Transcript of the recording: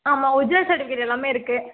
ஆமாம் original certificate எல்லாமே இருக்குது